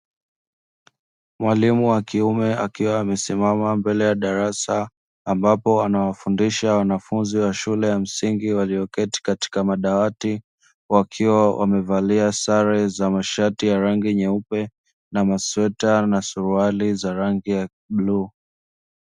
Mwalimu wa kiume akiwa amesimama mbele ya darasa, ambapo anawafundisha wanafunzi wa shule ya msingi walioketi katika madawati, wakiwa wamevalia sare za mashati ya rangi nyeupe, na masweta na suruali za rangi ya bluu.